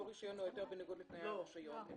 רישיון או היתר בניגוד לתנאי הרישיון.